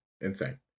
Insane